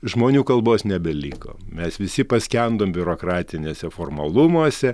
žmonių kalbos nebeliko mes visi paskendom biurokratiniuose formalumuose